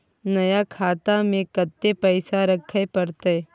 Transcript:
नया खाता में कत्ते पैसा रखे परतै?